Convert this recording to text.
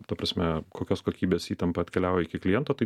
ta prasme kokios kokybės įtampa atkeliauja iki kliento tai